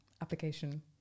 application